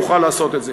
יוכל לעשות את זה.